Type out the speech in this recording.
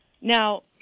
Now